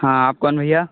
हाँ आप कौन भैया